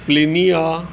प्लिमिया